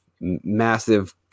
massive